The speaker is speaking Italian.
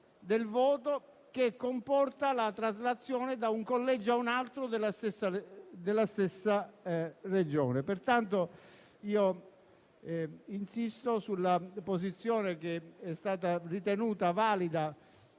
del voto, che comporta la traslazione da un collegio a un altro della stessa Regione. Pertanto insisto sulla posizione, che è stata ritenuta valida